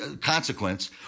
consequence